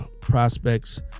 prospects